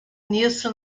nisso